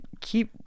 keep